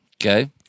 Okay